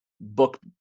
book